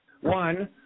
One